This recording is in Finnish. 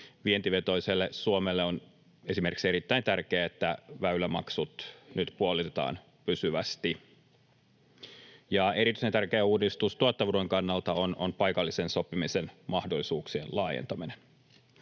Vientivetoiselle Suomelle on esimerkiksi erittäin tärkeää, että väylämaksut nyt puolitetaan pysyvästi. Erityisen tärkeä uudistus tuottavuuden kannalta on paikallisen sopimisen mahdollisuuksien laajentaminen.